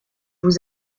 vous